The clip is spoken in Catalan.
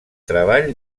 treball